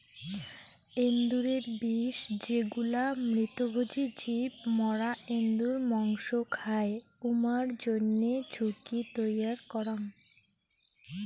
এন্দুরের বিষ যেগুলা মৃতভোজী জীব মরা এন্দুর মসং খায়, উমার জইন্যে ঝুঁকি তৈয়ার করাং